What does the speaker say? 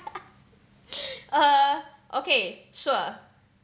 uh okay sure